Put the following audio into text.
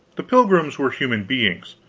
the pilgrims were human beings.